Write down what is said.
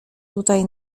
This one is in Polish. tutaj